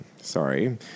sorry